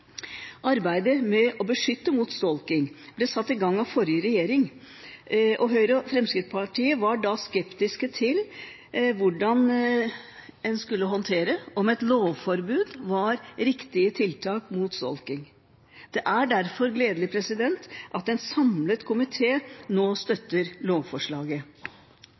Arbeidet med å beskytte mot stalking ble satt i gang av forrige regjering, og Høyre og Fremskrittspartiet var da skeptiske til hvordan en skulle håndtere dette, om et lovforbud var riktig tiltak mot stalking. Det er derfor gledelig at en samlet komité nå støtter lovforslaget.